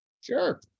sure